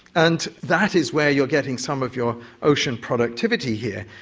and that is where you are getting some of your ocean productivity here.